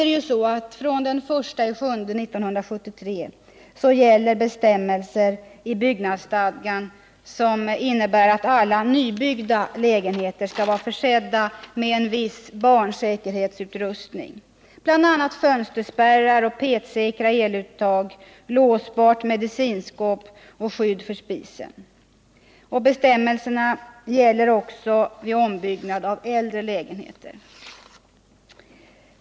Den 1 juli 1973 infördes bestämmelser i byggnadsstadgan, som innebär att alla nybyggda lägenheter skall vara försedda med viss barnsäkerhetsutrustning, bl.a. fönsterspärrar, petsäkra eluttag, låsbart medicinskåp och skydd för spisen. Bestämmelserna gäller också vid ombyggnad av äldre lägenheter.